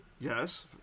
Yes